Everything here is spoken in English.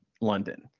London